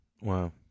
wow